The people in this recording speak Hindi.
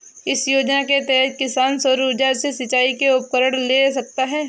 किस योजना के तहत किसान सौर ऊर्जा से सिंचाई के उपकरण ले सकता है?